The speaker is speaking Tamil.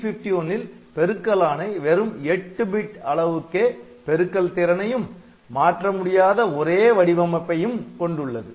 8051ல் பெருக்கல் ஆணை வெறும் 8 பிட் அளவுக்கே பெருக்கல் திறனையும் மாற்ற முடியாத ஒரே வடிவமைப்பையும் கொண்டுள்ளது